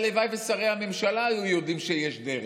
הלוואי ששרי הממשלה היו יודעים שיש דרך,